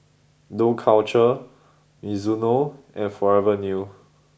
Dough Culture Mizuno and Forever New